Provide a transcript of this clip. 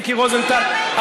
מיקי רוזנטל,